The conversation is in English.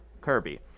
kirby